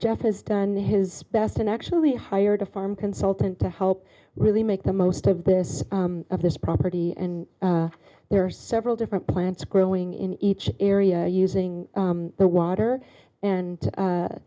has done his best and actually hired a farm consultant to help really make the most of this of this property and there are several different plants growing in each area using the water and